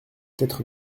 quatre